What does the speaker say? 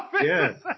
Yes